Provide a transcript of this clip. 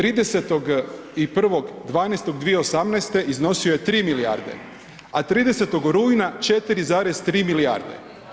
31.12.2018. iznosio je 3 milijarde a 30. rujna 4,3 milijarde.